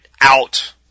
out